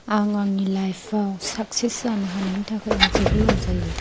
आं आंनि लाइफआव साकसेस जानो हानायनि थाखाय आं जोबोर रंजायो